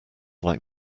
like